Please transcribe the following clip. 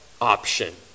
option